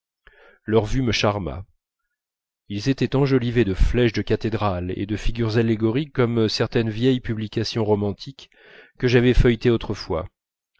leur vue me charma ils étaient enjolivés de flèches de cathédrales et de figures allégoriques comme certaines vieilles publications romantiques que j'avais feuilletées autrefois